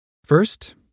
First